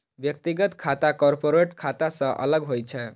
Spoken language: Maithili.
व्यक्तिगत खाता कॉरपोरेट खाता सं अलग होइ छै